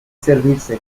servirse